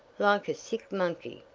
like a sick monkey,